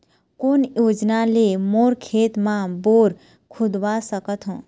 कोन योजना ले मोर खेत मा बोर खुदवा सकथों?